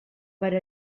per